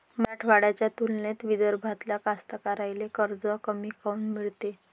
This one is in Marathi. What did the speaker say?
मराठवाड्याच्या तुलनेत विदर्भातल्या कास्तकाराइले कर्ज कमी काऊन मिळते?